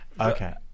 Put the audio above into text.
Okay